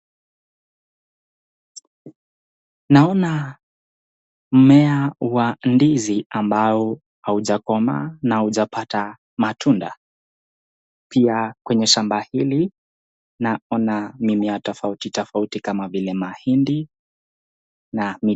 Naona mmea wa ndizi ambao haujakoma na haujapata matunda. Pia kwenye shamba hili naona mimea tofauti tofauti kama vile mahindi na